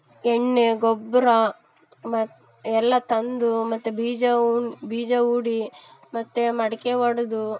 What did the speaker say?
ಎಣ್ಣೆ ಗೊಬ್ಬರ ಮತ್ತು ಎಲ್ಲ ತಂದು ಮತ್ತು ಬೀಜ ಉನ್ ಬೀಜ ಹೂಡಿ ಮತ್ತು ಮಡಿಕೆ ಹೊಡ್ದು